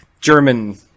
German